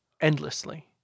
endlessly